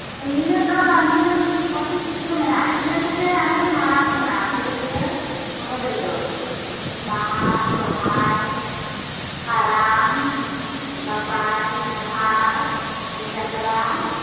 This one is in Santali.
ᱱᱤᱭᱟᱹ ᱫᱚ ᱟᱫᱚ ᱱᱤᱭᱟᱹ ᱯᱚᱨ ᱫᱚ ᱪᱮᱫ ᱠᱚ ᱢᱮᱱᱟᱜᱼᱟ ᱤᱱᱟᱹ ᱠᱚᱜᱮ ᱟᱞᱮ ᱫᱚᱞᱮ ᱢᱟᱱᱟᱣ ᱛᱟᱦᱮᱸᱱᱟ ᱯᱩᱨᱩᱞᱤᱭᱟᱹ ᱦᱚᱱᱚᱛ ᱨᱮᱫᱚ ᱵᱟᱦᱟ ᱥᱚᱨᱦᱟᱭ ᱠᱟᱨᱟᱢ ᱫᱟᱸᱥᱟᱭ ᱰᱟᱦᱟᱨ ᱡᱟᱛᱨᱟ